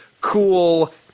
cool